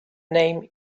name